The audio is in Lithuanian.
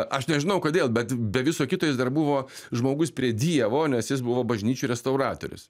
aš nežinau kodėl bet be viso kito jis dar buvo žmogus prie dievo nes jis buvo bažnyčių restauratorius